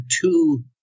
two